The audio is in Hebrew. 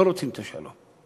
לא רוצים את השלום.